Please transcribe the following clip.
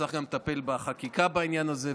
צריך גם לטפל בחקיקה בעניין הזה,